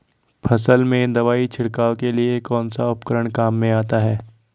फसल में दवाई छिड़काव के लिए कौनसा उपकरण काम में आता है?